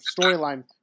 storyline